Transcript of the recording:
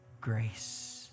grace